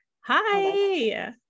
Hi